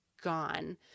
gone